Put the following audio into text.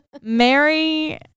mary